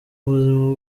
buzima